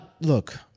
look